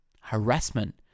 harassment